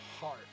heart